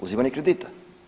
Uzimanje kredita.